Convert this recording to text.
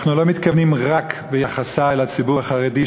לא מתכוונים רק ליחסה אל הציבור החרדי,